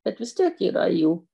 bet vis tiek yra jų